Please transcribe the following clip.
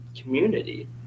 community